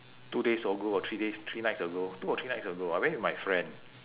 two days ago or three days three nights ago two or three nights ago I went with my friend